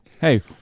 hey